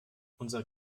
unser